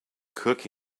cook